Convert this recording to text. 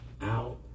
out